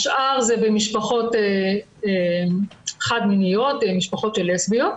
השאר זה במשפחות חד מיניות, משפחות של לסביות,